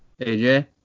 AJ